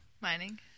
Mining